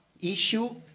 issue